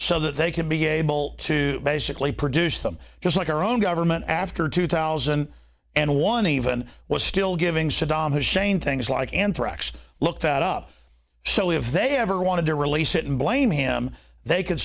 so that they could be able to basically produce them because like our own government after two thousand and one even was still giving saddam hussein things like anthrax looked that up so if they ever wanted to release it and blame him they c